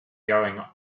going